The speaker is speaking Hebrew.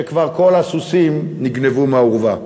כשכבר כל הסוסים נגנבו מהאורווה.